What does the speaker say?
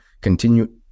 continue